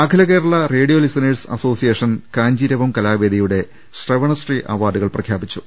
അഖില Kerala radio listeners association Kancheeravam കലാവേദിയുടെ ശ്രവണശ്രീ അവാർഡുകൾ പ്രഖ്യാ പിച്ചു